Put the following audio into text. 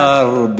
מחר,